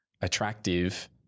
attractive